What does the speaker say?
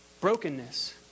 Brokenness